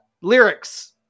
Lyrics